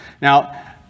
Now